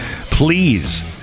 Please